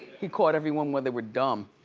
he caught everyone when they were dumb,